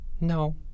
No